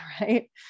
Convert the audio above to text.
right